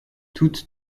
toutes